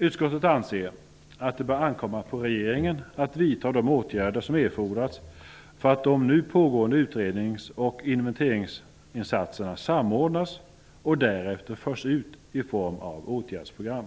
Utskottet anser att det bör ankomma på regeringen att vidta de åtgärder som erfordras för att de nu pågående utrednings och inventeringsinsatserna samordnas och därefter förs ut i form av åtgärdsprogram.